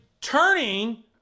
turning